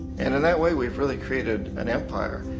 and in that way we've really created an empire,